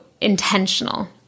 intentional